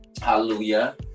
Hallelujah